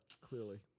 clearly